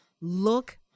Look